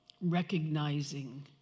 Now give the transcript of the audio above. Recognizing